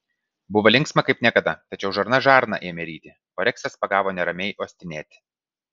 buvo linksma kaip niekada tačiau žarna žarną ėmė ryti o reksas pagavo neramiai uostinėti